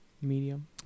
Medium